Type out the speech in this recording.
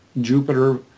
Jupiter